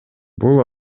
бул